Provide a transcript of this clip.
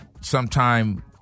sometime